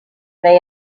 they